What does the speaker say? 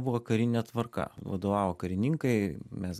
buvo karinė tvarka vadovavo karininkai mes